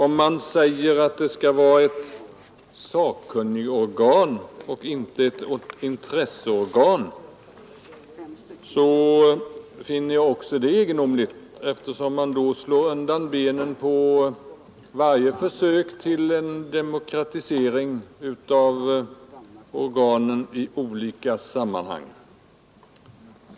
Om man säger att det skall vara ett sakkunnigorgan och inte ett intresseorgan, så finner jag också det egendomligt, eftersom man då rycker undan grunden för varje försök till en demokratisering av organen i olika sammanhang.